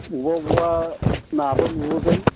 अबेबा अबेबा नाबो नुगोन